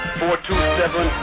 four-two-seven